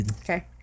okay